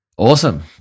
Awesome